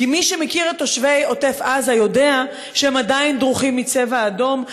כי מי שמכיר את תושבי עוטף עזה יודע שהם עדיין דרוכים מ"צבע אדום",